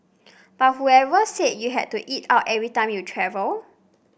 but whoever said you had to eat out every time you travel